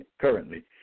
currently